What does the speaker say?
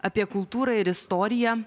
apie kultūrą ir istoriją